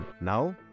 Now